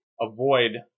avoid